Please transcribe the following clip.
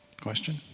question